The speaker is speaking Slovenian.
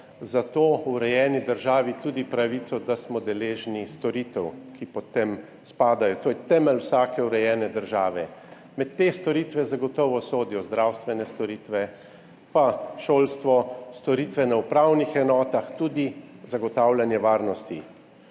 zato v urejeni državi tudi pravico, da smo deležni storitev, ki potem pod to spadajo. To je temelj vsake urejene države. Med te storitve zagotovo sodijo zdravstvene storitve, pa šolstvo, storitve na upravnih enotah, tudi zagotavljanje varnosti.